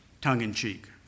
tongue-in-cheek